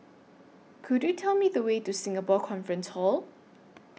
Could YOU Tell Me The Way to Singapore Conference Hall